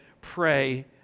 pray